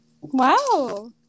Wow